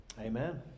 Amen